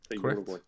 Correct